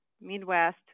Midwest